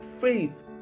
faith